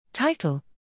Title